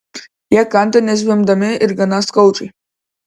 jie kanda nezvimbdami ir gana skaudžiai